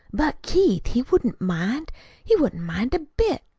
but, keith, he wouldn't mind he wouldn't mind a bit,